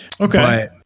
okay